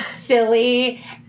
silly